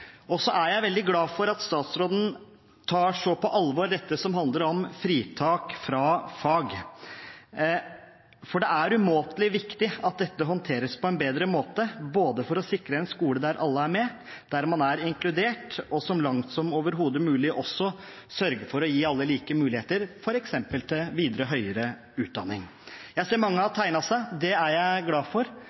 Og så er jeg veldig glad for at statsråden tar så på alvor dette som handler om fritak fra fag, for det er umåtelig viktig at dette håndteres på en bedre måte, både for å sikre en skole der alle er med, der man er inkludert, og for å – så langt som overhodet mulig – sørge for å gi alle like muligheter f.eks. til videre høyere utdanning. Jeg ser at mange har tegnet seg, og det er jeg glad for.